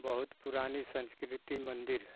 बहुत पुरानी संस्कृति मंदिर है